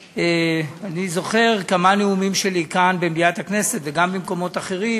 אני זוכר כמה נאומים שלי כאן במליאת הכנסת וגם במקומות אחרים.